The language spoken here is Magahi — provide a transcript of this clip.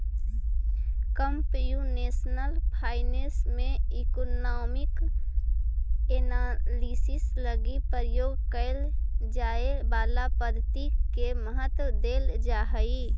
कंप्यूटेशनल फाइनेंस में इकोनामिक एनालिसिस लगी प्रयोग कैल जाए वाला पद्धति के महत्व देल जा हई